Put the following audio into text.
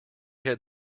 had